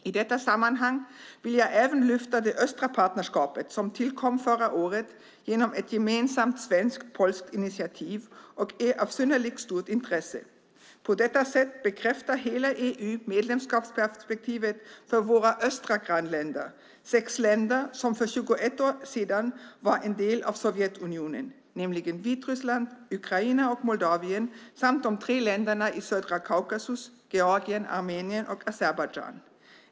I detta sammanhang vill jag även lyfta det östra partnerskapet som tillkom förra året genom ett gemensamt svensk-polskt initiativ och är av synnerligen stort intresse. På detta sätt bekräftar hela EU medlemskapsperspektivet för våra östra grannländer, sex länder som för 21 år sedan var en del av Sovjetunionen, nämligen Vitryssland, Ukraina och Moldavien samt de tre länderna i södra Kaukasus: Georgien, Armenien och Azerbajdzjan.